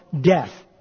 death